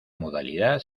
modalidad